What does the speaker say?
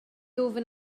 ofyn